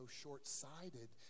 short-sighted